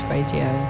Radio